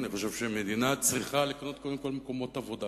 אני חושב שמדינה צריכה לקנות קודם כול מקומות עבודה.